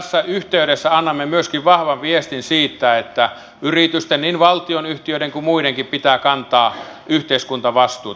tässä yhteydessä annamme myöskin vahvan viestin siitä että yritysten niin valtionyhtiöiden kuin muidenkin pitää kantaa yhteiskuntavastuuta